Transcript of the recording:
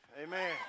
Amen